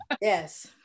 yes